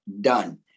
Done